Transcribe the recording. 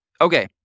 Okay